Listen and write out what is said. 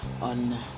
on